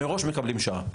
מראש הם מקבלים שעה.